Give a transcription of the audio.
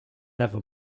never